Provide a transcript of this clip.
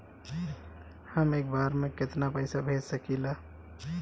हम एक बार में केतना पैसा भेज सकिला?